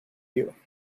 you